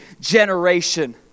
generation